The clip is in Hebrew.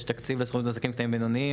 יש תקציב לזכויות עסקים קטנים ובינוניים.